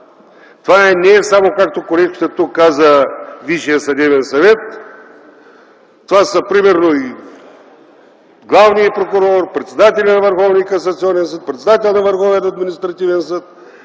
Това не е само, както колегата каза тук, Висшият съдебен съвет. Това са примерно и главният прокурор, председателят на Върховния касационен съд, председателят на Върховния административен съд,